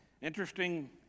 Interesting